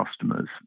customers